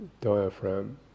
diaphragm